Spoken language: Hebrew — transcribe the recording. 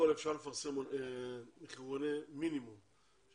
אפשר לפרסם מחירוני מינימום.